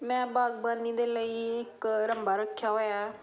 ਮੈਂ ਬਾਗਬਾਨੀ ਦੇ ਲਈ ਇੱਕ ਰੰਬਾ ਰੱਖਿਆ ਹੋਇਆ